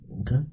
okay